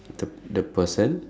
the the person